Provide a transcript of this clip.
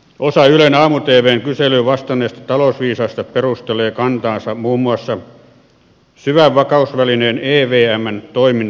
osa ylen aamu tvn kyselyyn vastanneista talousviisaista perustelee kantaansa muun muassa pysyvän vakausvälineen evmn toiminnan aloittamisella